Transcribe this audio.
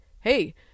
hey